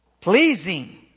pleasing